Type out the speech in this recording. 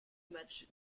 matchs